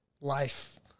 life